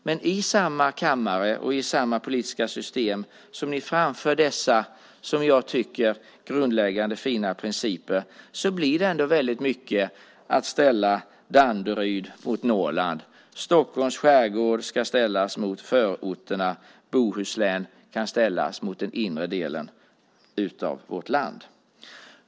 Men i samma kammare och i samma politiska system som ni framför dessa grundläggande och som jag tycker fina principer blir det ändå väldigt mycket att ställa Danderyd mot Norrland, Stockholms skärgård mot förorterna, Bohuslän mot den inre delen av vårt land.